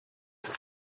ist